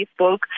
Facebook